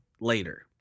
later